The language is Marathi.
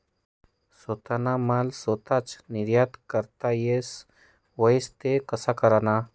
सोताना माल सोताच निर्यात करता येस व्हई ते तो कशा कराना?